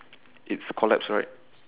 it's collapsed right